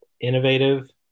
innovative